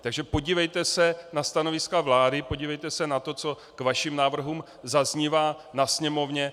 Takže podívejte se na stanoviska vlády, podívejte se na to, co k vašim návrhům zaznívá na Sněmovně.